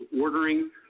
ordering